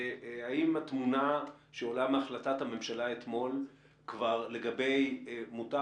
האם התמונה שעולה המחלטת הממשלה אתמול לגבי מותר,